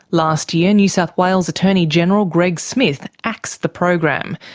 last year new south wales attorney general greg smith axed the program,